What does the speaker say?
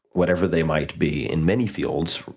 whatever they might be, in many fields,